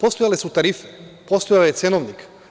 Postojale su tarife, postojao je cenovnik.